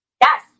yes